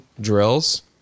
drills